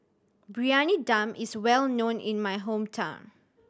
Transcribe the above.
Briyani Dum is well known in my hometown